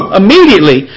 immediately